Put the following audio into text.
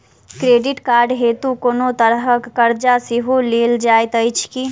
Credit card हेतु कोनो तरहक चार्ज सेहो लेल जाइत अछि की?